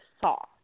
saw